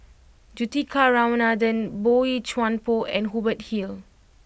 Juthika Ramanathan Boey Chuan Poh and Hubert Hill